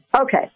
Okay